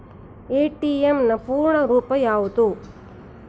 ATM ನ ಪೂರ್ಣ ರೂಪ ಯಾವುದು?